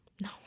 no